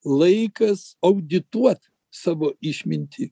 laikas audituot savo išmintį